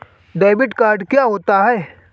Debit card क्या होता है?